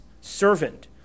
servant